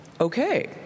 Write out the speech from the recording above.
Okay